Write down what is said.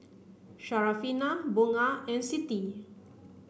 Syarafina Bunga and Siti